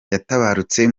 yatabarutse